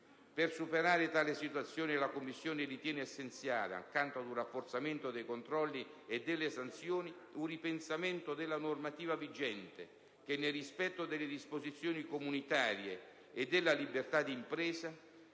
Per superare tale situazione, la Commissione ritiene essenziale, accanto ad un rafforzamento dei controlli e delle sanzioni, un ripensamento della normativa vigente che, nel rispetto delle disposizioni comunitarie e della libertà di impresa,